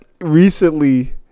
recently